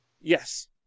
Yes